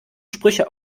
sprüche